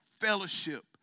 fellowship